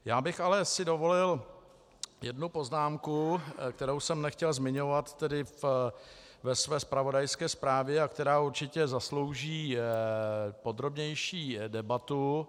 Já bych si ale dovolil jednu poznámku, kterou jsem nechtěl zmiňovat ve své zpravodajské zprávě a která určitě zaslouží podrobnější debatu.